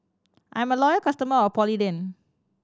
I'm a loyal customer of Polident